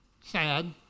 Sad